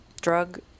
drug